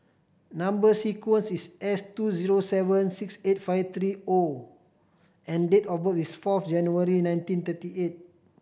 number sequence is S two zero seven six eight five three O and date of birth is four January nineteen thirty eight